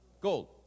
Gold